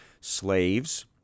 Slaves